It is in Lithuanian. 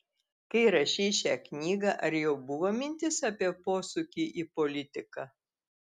kai rašei šią knygą ar jau buvo mintis apie posūkį į politiką